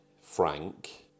Frank